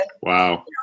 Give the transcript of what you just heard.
Wow